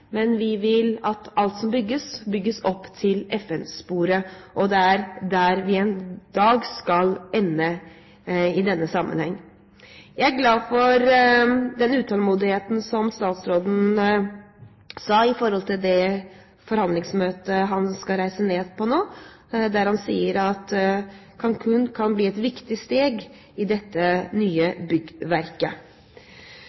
men vi vil at alt som bygges, bygges opp mot FN-sporet. Det er der vi en dag skal ende. Jeg er glad for den utålmodigheten som statsråden uttrykte i forhold til det forhandlingsmøtet han skal reise ned til nå. Han sier at «Cancún må bli en viktig del av dette